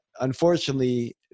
unfortunately